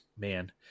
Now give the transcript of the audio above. man